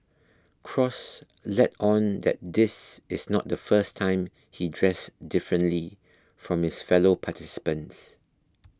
cross let on that this is not the first time he dressed differently from his fellow participants